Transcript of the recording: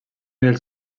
dels